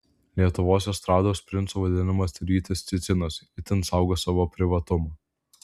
lietuvos estrados princu vadinamas rytis cicinas itin saugo savo privatumą